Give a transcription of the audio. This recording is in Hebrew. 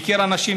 מכיר אנשים,